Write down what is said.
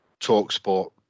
TalkSport